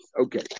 okay